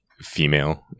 female